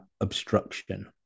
obstruction